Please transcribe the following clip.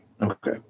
Okay